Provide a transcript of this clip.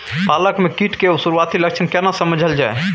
पालक में कीट के सुरआती लक्षण केना समझल जाय?